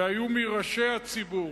והיו מראשי הציבור.